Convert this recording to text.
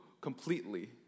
completely